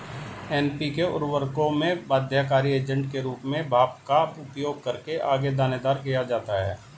NPK उर्वरकों में बाध्यकारी एजेंट के रूप में भाप का उपयोग करके आगे दानेदार किया जाता है